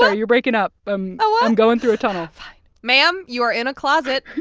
ah you're breaking up. but i'm um ah i'm going through a tunnel ma'am, you are in a closet.